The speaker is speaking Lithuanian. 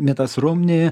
mitas rumni